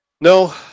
No